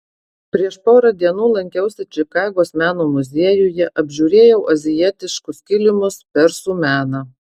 prieš porą dienų lankiausi čikagos meno muziejuje apžiūrėjau azijietiškus kilimus persų meną